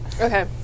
Okay